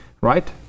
right